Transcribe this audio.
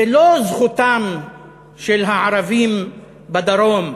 זו לא זכותם של הערבים בדרום,